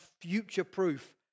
future-proof